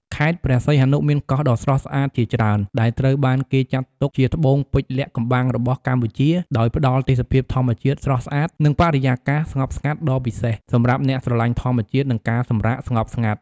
ខេត្តព្រះសីហនុមានកោះដ៏ស្រស់ស្អាតជាច្រើន ដែលត្រូវបានគេចាត់ទុកជាត្បូងពេជ្រលាក់កំបាំងរបស់កម្ពុជា ដោយផ្ដល់ទេសភាពធម្មជាតិស្រស់ស្អាត និងបរិយាកាសស្ងប់ស្ងាត់ដ៏ពិសេសសម្រាប់អ្នកស្រឡាញ់ធម្មជាតិ និងការសម្រាកស្ងប់ស្ងាត់។